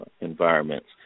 environments